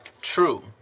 True